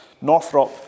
Northrop